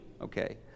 Okay